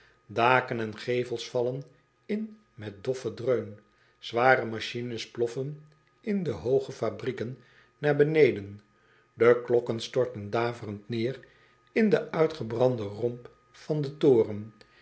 aken en gevels vallen in met doffen dreun ware machines ploffen in de hooge fabrieken naar beneden e klokken storten daverend neêr in den uitgebranden romp van den toren